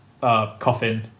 coffin